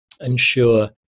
ensure